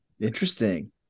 Interesting